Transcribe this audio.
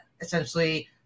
essentially